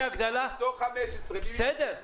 סעיף 5(ג)(4)(ב): בלול חדש המצוי ביישוב שבו